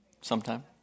Sometime